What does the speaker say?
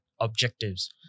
objectives